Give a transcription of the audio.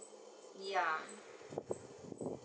ya